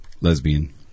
Lesbian